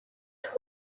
same